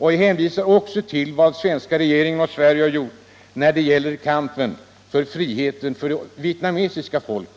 Vi hänvisar till vad den svenska regeringen och Sverige har gjort när det gäller kampen för frihet för det vietnamesiska folket.